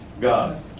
God